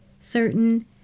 certain